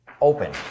open